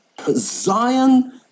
Zion